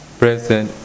present